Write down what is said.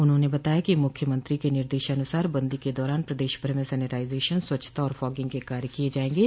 उन्होंने बताया कि मुख्यमंत्री के निर्देशानुसार बंदी के दौरान प्रदेश भर में सैनिटाइजेशन स्वच्छता और फॉगिंग के कार्य किये जायेंगे